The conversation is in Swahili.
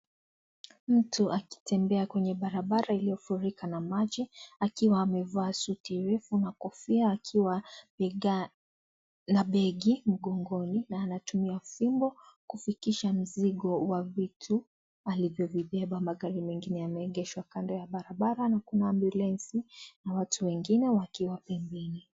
Mtu akitembea kwenye barabara iliyofurika na maji akiwa amevaa suti nyeusi na Kofia akiwa na begi mgongoni na anatumia fimbo kufikisha mzigo wa vitu alivyovibeba. Magari mengine yameegeshwa kando ya barabara na kuna ambulensi na watu wengine wakiwa pembeni.